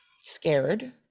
scared